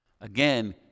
Again